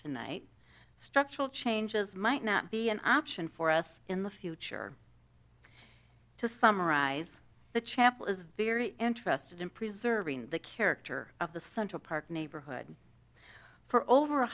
tonight structural changes might not be an option for us in the future to summarize the chapel is very interested in preserving the character of the central park neighborhood for over